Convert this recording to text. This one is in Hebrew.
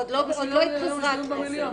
עוד לא התפזרה הכנסת.